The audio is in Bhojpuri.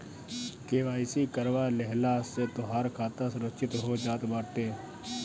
के.वाई.सी करवा लेहला से तोहार खाता सुरक्षित हो जात बाटे